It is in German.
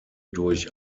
durch